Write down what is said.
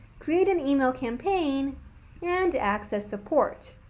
create an email campaign and access support.